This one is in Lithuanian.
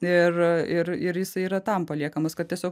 ir ir ir jisai yra tam paliekamas kad tiesiog